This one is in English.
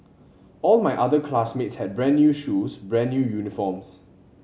all my other classmates had brand new shoes brand new uniforms